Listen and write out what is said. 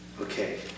Okay